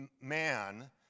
man